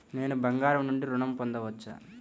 నేను బంగారం నుండి ఋణం పొందవచ్చా?